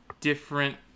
different